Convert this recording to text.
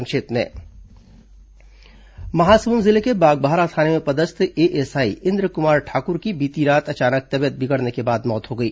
संक्षिप्त समाचार महासमुंद जिले के बागबाहरा थाने में पदस्थ एएसआई इंद्रकुमार ठाकुर की बीती रात अचानक तबीयत बिगड़ने के बाद मौत हो गई